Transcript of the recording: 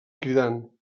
cridant